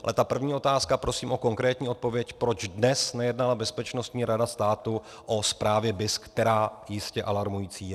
Ale první otázka, prosím o konkrétní odpověď proč dnes nejednala Bezpečnostní rada státu o zprávě BIS, která jistě alarmující je.